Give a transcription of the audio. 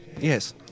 Yes